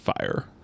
fire